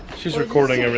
she's recording and